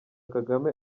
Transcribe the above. kagame